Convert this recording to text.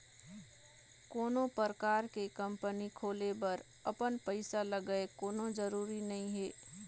कोनो परकार के कंपनी खोले बर अपन पइसा लगय कोनो जरुरी नइ हे